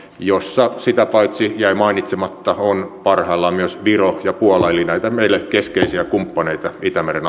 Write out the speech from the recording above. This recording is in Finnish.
jossa sitä paitsi jäi mainitsematta ovat parhaillaan myös viro ja puola eli on näitä meille keskeisiä kumppaneita itämeren